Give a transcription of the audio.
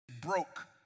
broke